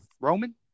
Roman